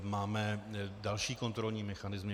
Máme další kontrolní mechanismy.